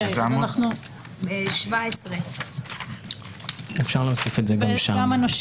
עמוד 17. אפשר להוסיף את זה שם.